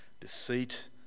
deceit